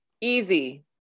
easy